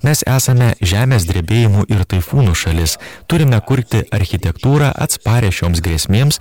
mes esame žemės drebėjimų ir taifūnų šalis turime kurti architektūrą atsparią šioms grėsmėms